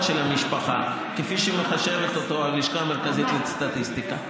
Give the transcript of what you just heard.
של המשפחה כפי שמחשבת אותו הלשכה המרכזית לסטטיסטיקה,